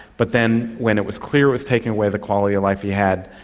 but then when it was clear it was taking away the quality of life he had,